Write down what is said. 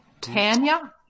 Tanya